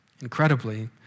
Incredibly